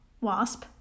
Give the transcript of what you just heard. wasp